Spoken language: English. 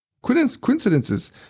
Coincidences